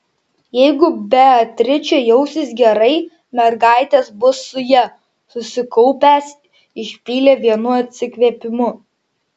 jeigu beatričė jausis gerai mergaitės bus su ja susikaupęs išpylė vienu atsikvėpimu